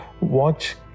watch